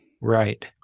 right